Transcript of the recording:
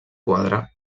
quadre